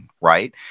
Right